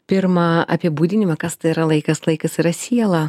pirmą apibūdinimą kas tai yra laikas laikas yra siela